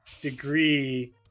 degree